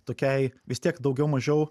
tokiai vis tiek daugiau mažiau